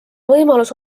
võimalus